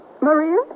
Maria